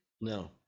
No